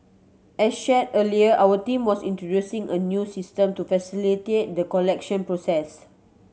as shared earlier our team was introducing a new system to facilitate the collection process